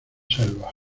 selvas